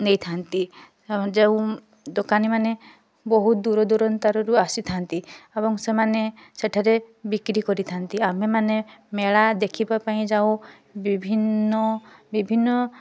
ନେଇଥାନ୍ତି ଯେଉଁ ଦୋକାନୀ ମାନେ ବହୁ ଦୂର ଦୁରନ୍ତରୁ ଆସିଥାନ୍ତି ଏବଂ ସେମାନେ ସେଠାରେ ବିକ୍ରୀ କରିଥାନ୍ତି ଆମେ ମାନେ ମେଳା ଦେଖିବା ପାଇଁ ଯାଉ ବିଭିନ୍ନ ବିଭିନ୍ନ